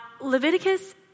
Leviticus